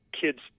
kids